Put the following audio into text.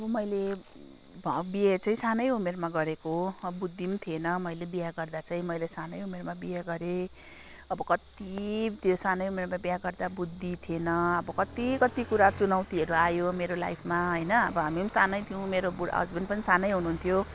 अब मैले बिहे चाहिँ सानै उमेरमा गरेको हो अब बुद्धि पनि थिएन मैले बिहे गर्दा चाहिँ मैले सानै उमेरमा बिहे गरेँ अब कति त्यो सानै उमेरमा बिहे गर्दा बुद्धि थिएन अब कति कति कुरा चुनौतीहरू आयो मेरो लाइफमा होइन अब हामी सानै थियौँ मेरो बुडा हस्बेन्ड पनि सानै हुनुहुन्थ्यो